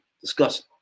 discuss